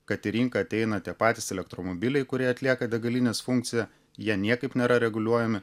kad į rinką ateina tie patys elektromobiliai kurie atlieka degalinės funkciją jie niekaip nėra reguliuojami